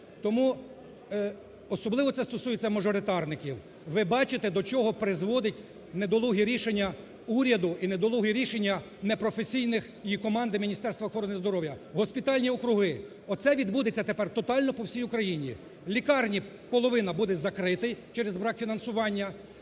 Тому особливо це стосується мажоритарників. Ви бачите, до чого призводить недолуге рішення уряду і недолуге рішення не професійних і команди Міністерства охорони здоров'я? Госпітальні округи, оце відбудеться тепер тотально по всій Україні. Лікарні половина будуть закриті через брак фінансування,